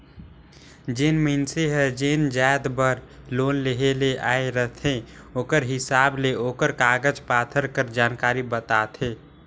जेन मइनसे हर जेन जाएत बर लोन लेहे ले आए रहथे ओकरे हिसाब ले ओकर कागज पाथर कर जानकारी बताथे